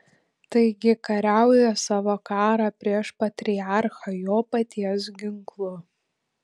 taigi kariauja savo karą prieš patriarchą jo paties ginklu